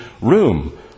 room